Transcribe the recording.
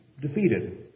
defeated